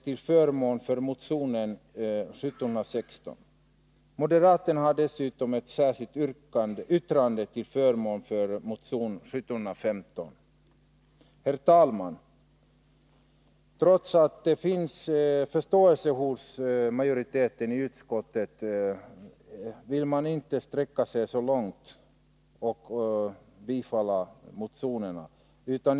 Trots att det finns en förståelse hos majoriteten i utskottet vill man inte sträcka sig så långt som till att tillstyrka motionerna.